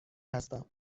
هستم